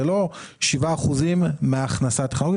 זה לא שבעה אחוזים מההכנסה הטכנולוגית